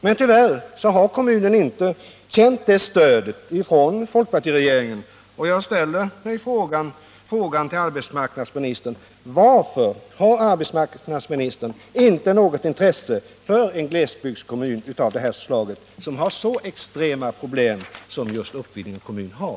Men tyvärr har kommunen inte känt något stöd från folkpartiregeringen, och jag ställer frågan till arbetsmarknadsministern: Varför har arbetsmarknadsministern inte något intresse för en glesbygdskommun med så extrema problem som just Uppvidinge kommun har?